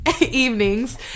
evenings